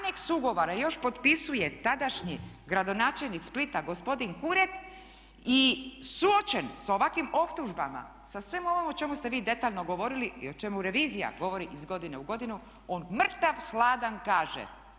Aneks ugovora još potpisuje tadašnji gradonačelnik Splita gospodin Kuret i suočen sa ovakvim optužbama, sa svim ovim o čemu ste vi detaljno govorili i o čemu revizija govori iz godine u godinu on mrtav hladan kaže.